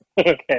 Okay